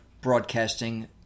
broadcasting